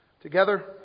together